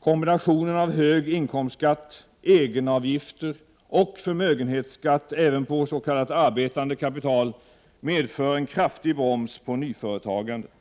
Kombinationen av hög inkomstskatt, egenavgifter och förmögenhetsskatt även på s.k. arbetande kapital medför en kraftig broms på nyföretagandet.